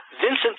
Vincent